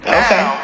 okay